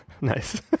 Nice